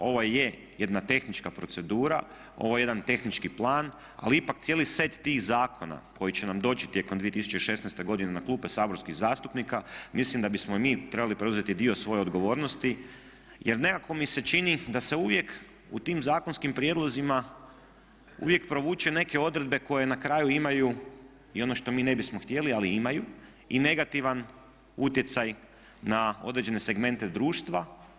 Ovo je jedna tehnička procedura, ovo je jedan tehnički plan ali ipak cijeli set tih zakona koji će nam doći tijekom 2016. godine na klupe saborskih zastupnika mislim da bismo mi trebali preuzeti dio svoje odgovornosti jer nekako mi se čini da se uvijek u tim zakonskim prijedlozima uvijek provuku neke odredbe koje na kraju imaju i ono što mi ne bismo htjeli, ali imaju i negativan utjecaj na određene segmente društva.